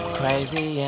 crazy